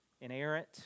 inerrant